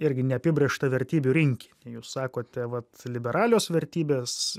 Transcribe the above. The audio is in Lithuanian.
irgi neapibrėžtą vertybių rinkinį jūs sakote kad liberalios vertybės